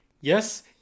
Yes